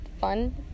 fun